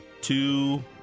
two